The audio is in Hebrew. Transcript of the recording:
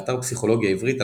באתר פסיכולוגיה עברית,